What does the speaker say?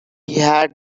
had